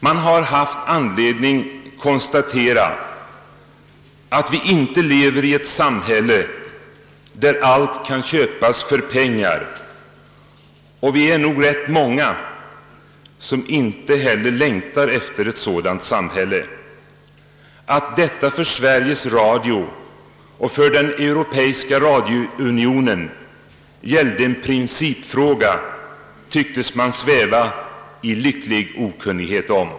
Man har haft tillfälle att konstatera att vi inte lever i ett samhälle där allt kan köpas för pengar, och vi är nog ganska många som inte heller längtar efter ett sådant samhälle. Att det för Sveriges Radio och för Europeiska radiounionen gällde en principfråga tycktes man sväva i lycklig okunnighet om.